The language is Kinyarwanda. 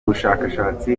bushakashatsi